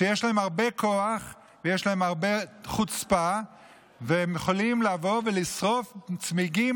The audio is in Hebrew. שיש להם הרבה כוח ויש להם הרבה חוצפה והם יכולים לבוא ולשרוף צמיגים